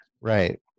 Right